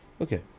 Okay